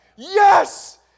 Yes